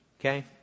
Okay